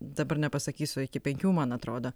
dabar nepasakysiu iki penkių man atrodo